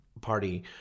party